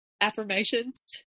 affirmations